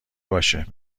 باشه